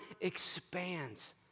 expands